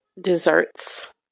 desserts